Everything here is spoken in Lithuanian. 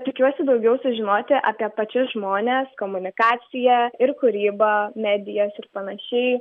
tikiuosi daugiau sužinoti apie pačius žmones komunikaciją ir kūrybą medijas ir panašiai